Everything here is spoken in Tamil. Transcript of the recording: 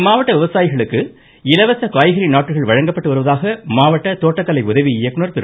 இம்மாவட்ட விவசாயிகளுக்கு இலவச காய்கறி நாற்றுகள் வழங்கப்பட்டு வருவதாக மாவட்ட தோட்டக்கலை உதவி இயக்குநர் திரு